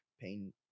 pain